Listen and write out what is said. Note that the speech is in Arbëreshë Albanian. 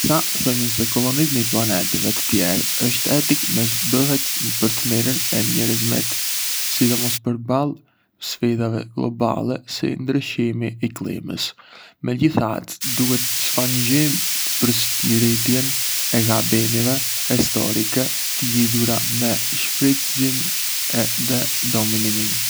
Ca thonjën se kolonizimi i planeteve të tjerë është etik nëse bëhet për të mirën e njerëzimit, sidomos përballë sfidave globale si ndryshimi i klimës. Megjithatë, duhet të shmangim përsëritjen e gabimeve historike të lidhura me shfrytëzimin edhe dominimin.